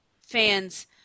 fans